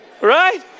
right